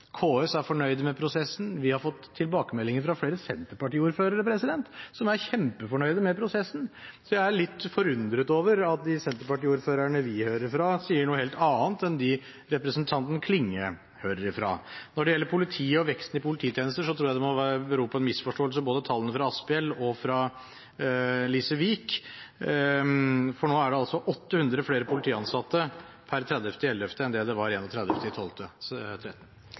KS er fornøyd med prosessen. Vi har fått tilbakemeldinger fra flere Senterparti-ordførere som er kjempefornøyde med prosessen, så jeg er litt forundret over at de Senterparti-ordførerne vi hører noe fra, sier noe helt annet enn de representanten Klinge hører fra. Når det gjelder politiet og veksten i polititjenester, tror jeg tallene fra både Jorodd Asphjell og Lise Wiik må bero på en misforståelse, for nå er det altså 800 flere politiansatte per 30. november 2016 enn det det var 31. desember 2013. I